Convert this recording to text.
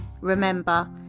Remember